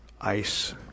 ice